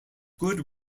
good